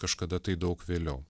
kažkada tai daug vėliau